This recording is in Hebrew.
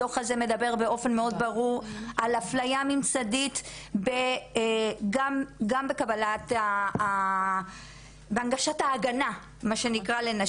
הדו"ח הזה מדבר באופן מאוד ברור על אפליה ממסדית גם בהנגשת ההגנה לנשים.